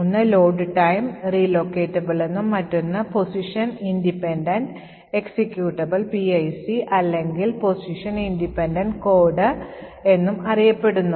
ഒന്ന് load time relocatable എന്നും മറ്റൊന്ന് പൊസിഷൻ ഇൻഡിപെൻഡന്റ് എക്സിക്യൂട്ടബിൾ അല്ലെങ്കിൽ പൊസിഷൻ ഇൻഡിപെൻഡന്റ് കോഡ് എന്നും അറിയപ്പെടുന്നു